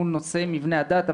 מול נושא מבני הדת,